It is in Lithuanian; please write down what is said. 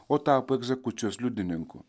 o tapo egzekucijos liudininku